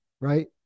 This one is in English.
right